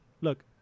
look